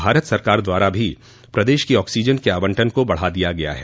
भारत सरकार द्वारा भी प्रदेश की ऑक्सीजन के आवंटन को बढ़ा दिया गया है